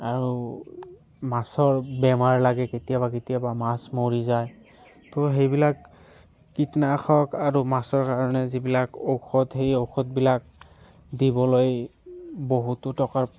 আৰু মাছৰ বেমাৰ লাগে কেতিয়াবা কেতিয়াবা মাছ মৰি যায় তো সেইবিলাক কীটনাশক আৰু মাছৰ কাৰণে যিবিলাক ঔষধ সেই ঔষধবিলাক দিবলৈ বহুতো টকাৰ